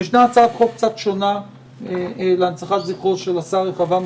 ישנה הצעת חוק קצת שונה להנצחת זכרו של השר רחבעם